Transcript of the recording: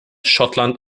schottland